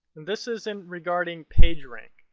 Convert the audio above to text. this is and regarding page rank.